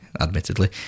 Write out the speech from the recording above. admittedly